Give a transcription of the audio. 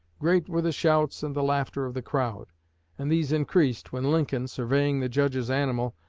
great were the shouts and the laughter of the crowd and these increased, when lincoln, surveying the judge's animal,